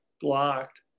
blocked